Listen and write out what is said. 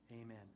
amen